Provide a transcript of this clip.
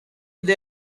there